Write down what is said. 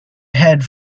head